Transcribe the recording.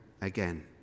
again